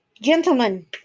Gentlemen